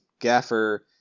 gaffer